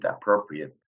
appropriate